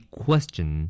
question